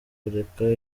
kureka